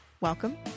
Welcome